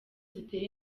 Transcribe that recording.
zitera